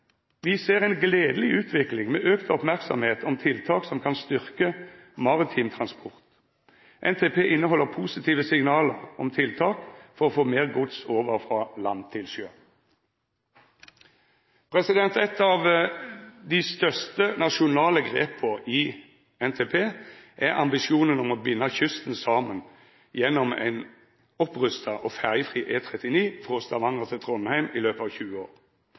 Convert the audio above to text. dei ser ei gledeleg utvikling, med auka merksemd om tiltak som kan styrka maritim transport, og at NTP inneheld positive signal om tiltak for å få meir gods over frå land til sjø. Eitt av dei største nasjonale grepa i NTP er ambisjonen om å binda kysten saman gjennom ein opprusta og ferjefri E39 frå Stavanger til Trondheim i løpet av 20 år.